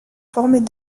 formés